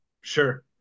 Sure